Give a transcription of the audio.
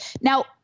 now